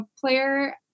player